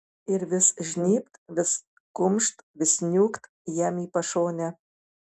ir vis žnybt vis kumšt vis niūkt jam į pašonę